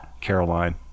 Caroline